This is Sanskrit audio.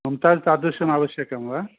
मम्ता तादृशं आवश्यकं वा